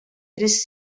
tres